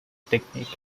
technique